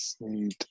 need